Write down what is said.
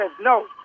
no